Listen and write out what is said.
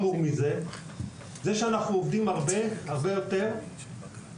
זה שאנחנו עובדים הרבה יותר זה גורם לפגיעה